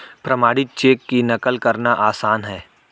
प्रमाणित चेक की नक़ल करना आसान है